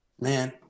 man